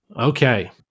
Okay